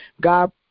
God